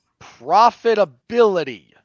profitability